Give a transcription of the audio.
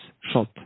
shot